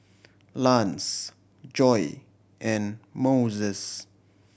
Lance Joye and Moses